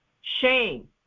Shame